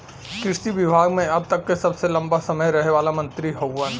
कृषि विभाग मे अब तक के सबसे लंबा समय रहे वाला मंत्री हउवन